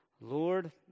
Lord